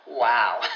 Wow